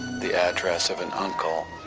the address of an uncle,